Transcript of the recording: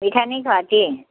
मिठाई नहीं खातीं